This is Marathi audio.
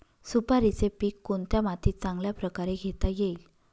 सुपारीचे पीक कोणत्या मातीत चांगल्या प्रकारे घेता येईल?